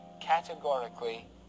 categorically